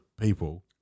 people